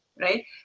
right